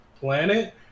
planet